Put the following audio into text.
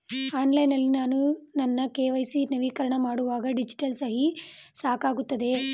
Online ನಲ್ಲಿ ನಾನು ನನ್ನ ಕೆ.ವೈ.ಸಿ ನವೀಕರಣ ಮಾಡುವಾಗ ಡಿಜಿಟಲ್ ಸಹಿ ಸಾಕಾಗುತ್ತದೆಯೇ?